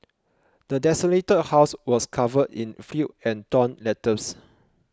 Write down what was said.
the desolated house was covered in filth and torn letters